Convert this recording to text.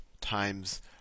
times